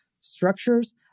structures